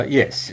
yes